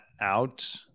out